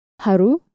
Haru